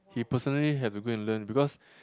he personally have to go and learn because